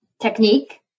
technique